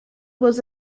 was